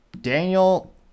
daniel